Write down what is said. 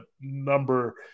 number